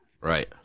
right